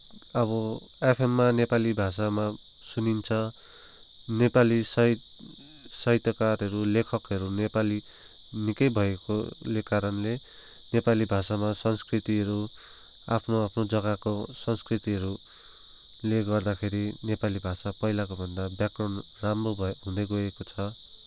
अब एफएममा नेपाली भाषामा सुनिन्छ नेपाली साहित्य साहित्यकारहरू लेखकहरू नेपाली निकै भएकोले कारणले नेपाली भाषामा संस्कृतिहरू आफ्नो आफ्नो जग्गाको संस्कृतिहरूले गर्दाखेरि नेपाली भाषा पहिलाको भन्दा व्याकरण राम्रो भए हुँदैगएको छ